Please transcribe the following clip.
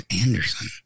Anderson